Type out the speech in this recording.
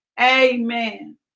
amen